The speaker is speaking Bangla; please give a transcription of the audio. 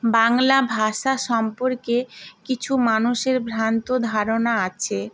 বাংলা ভাষা সম্পর্কে কিছু মানুষের ভ্রান্ত ধারণা আছে